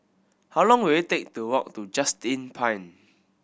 how long will it take to walk to Just Inn Pine